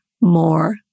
more